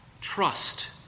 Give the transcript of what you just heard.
trust